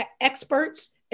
experts